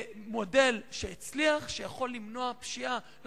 מודל שהצליח ויכול למנוע פשיעה קלה,